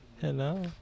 Hello